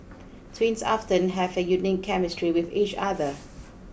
twins often have a unique chemistry with each other